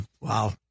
Wow